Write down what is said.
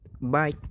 bye